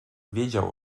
wiedział